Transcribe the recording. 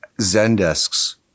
Zendesk's